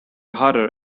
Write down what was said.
hotter